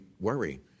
worry